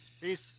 peace